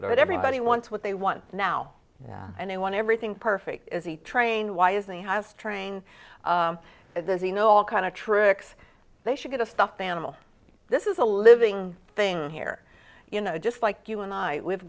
it everybody wants what they want now yeah and they want everything perfect as a train why isn't a house trained as a know all kind of tricks they should get a stuffed animal this is a living thing here you know just like you and i we've